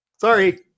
Sorry